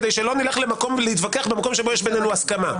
כדי שלא נלך להתווכח במקום שיש בינינו הסכמה.